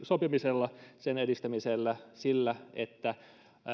sopimisella sen edistämisellä sillä että